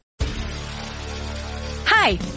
Hi